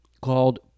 called